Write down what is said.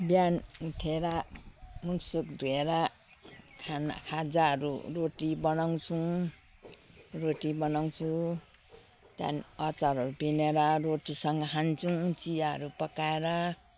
बिहान उठेर मुखसुख धोएर खाना खाजाहरू रोटी बनाउँछौँ रोटी बनाउँछु त्यहाँदेखि अचारहरू पिसेर रोटीसँग खान्छौँ चियाहरू पकाएर